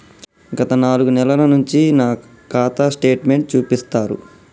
గత నాలుగు నెలల నుంచి నా ఖాతా స్టేట్మెంట్ చూపిస్తరా?